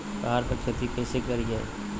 पहाड़ पर खेती कैसे करीये?